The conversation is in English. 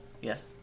Yes